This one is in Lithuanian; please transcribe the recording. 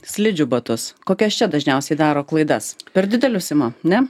slidžių batus kokias čia dažniausiai daro klaidas per didelius ima ne